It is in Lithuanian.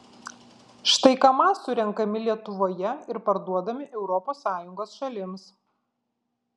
štai kamaz surenkami lietuvoje ir parduodami europos sąjungos šalims